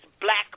black